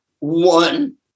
one